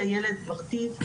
כי הילד מרטיב,